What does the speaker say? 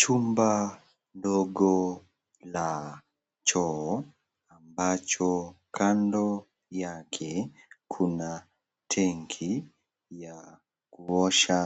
Chumba ndogo cha choo ambacho kando yake kuna tenki ya kunawa